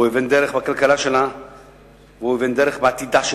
הוא אבן דרך בכלכלה שלה והוא אבן דרך בעתידה.